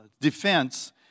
defense